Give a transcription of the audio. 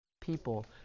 people